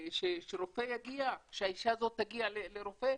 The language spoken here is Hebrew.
שרופא יגיע, שהאישה הזאת תגיע לרופא?